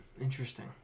Interesting